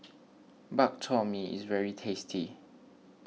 Bak Chor Mee is very tasty